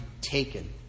taken